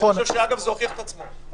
אני חושב שזה הוכיח את עצמו.